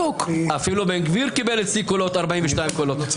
אפילו בן גביר קיבל אצלי 42 קולות.